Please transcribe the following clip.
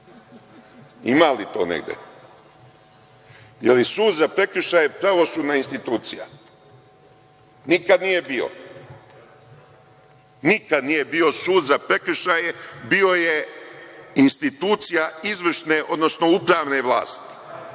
Ima li to negde? Je li sud za prekršaje pravosudna institucija? Nikad nije bio. Nikad nije bio sud za prekršaje, bio je institucija izvršne, odnosno upravne